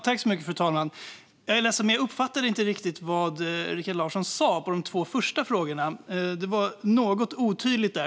Fru talman! Jag är ledsen, men jag uppfattade inte riktigt vad Rikard Larsson sa i de första två frågorna. Det var något otydligt.